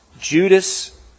Judas